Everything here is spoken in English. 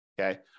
Okay